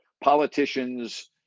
politicians